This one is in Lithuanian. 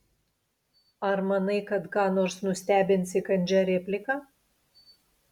ar manai kad ką nors nustebinsi kandžia replika